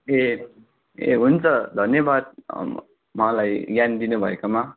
ए ए हुन्छ धन्यवाद मलाई ज्ञान दिनुभएकोमा